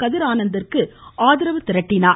கதிரானந்திற்கு ஆதரவு திரட்டினார்